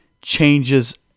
changes